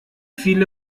viele